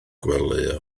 gwely